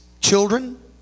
children